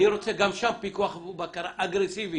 אני רוצה גם שם פיקוח ובקרה אגרסיבי.